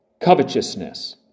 covetousness